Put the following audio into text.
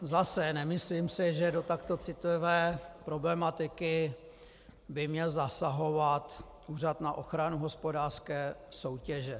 Zase, nemyslím si, že do takto citlivé problematiky by měl zasahovat Úřad na ochranu hospodářské soutěže.